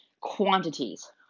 quantities